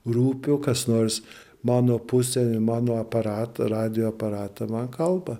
rūpiu kas nors mano pusė mano aparatą radijo aparatą man kalba